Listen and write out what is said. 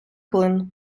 клин